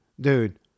Dude